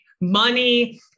money